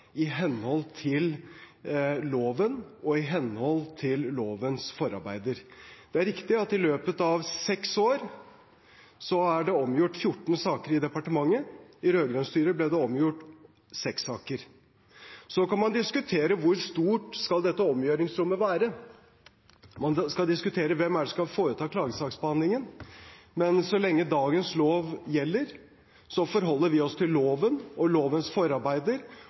i henhold til loven og i henhold til lovens forarbeider. Det er riktig at det i løpet av seks år er omgjort 14 saker i departementet. Under rød-grønt styre ble det omgjort seks saker. Så kan man diskutere hvor stort dette omgjøringsrommet skal være, og man kan diskutere hvem som skal foreta klagesaksbehandlingen. Men så lenge dagens lov gjelder, forholder vi oss til loven og lovens forarbeider.